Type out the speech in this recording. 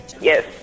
yes